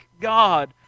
God